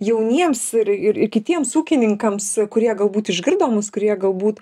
jauniems ir ir kitiems ūkininkams kurie galbūt išgirdo mus kurie galbūt